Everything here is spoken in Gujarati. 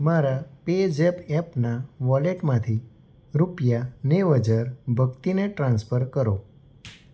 મારા પેઝેપ એપનાં વોલેટમાંથી રૂપિયા નેવું હજાર ભક્તિને ટ્રાન્સફર કરો